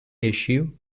issue